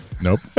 Nope